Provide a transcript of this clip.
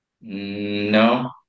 No